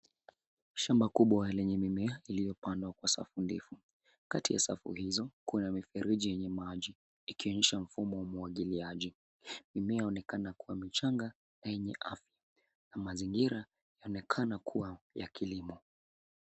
Shamba kubwa lenye mimea iliyopandwa kwa safu ndefu. Kati ya safu hizo, kuna mifereji yenye maji ikionyesha mfumo wa umwagiliaji. Mimea yaonekana kuwa michanga na yenye afya na mazingira yaonekana kuwa ya kilimo.